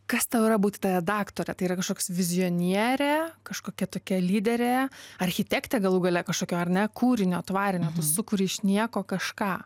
kas tau yra būti ta redaktore tai yra kažkoks vizionierė kažkokia tokia lyderė architektė galų gale kažkokio ar ne kūrinio tvarinio sukuri iš nieko kažką